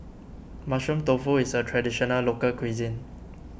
Mushroom Tofu is a Traditional Local Cuisine